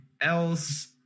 else